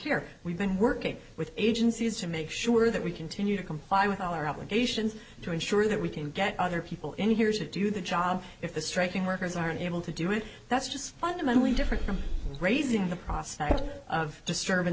here we've been working with agencies to make sure that we continue to comply with all our obligations to ensure that we can get other people in here to do the job if the striking workers aren't able to do it that's just fundamentally different from raising the prospect of disturb